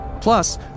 Plus